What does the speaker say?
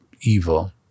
evil